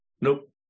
Nope